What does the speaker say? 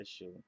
issue